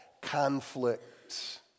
conflict